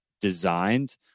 designed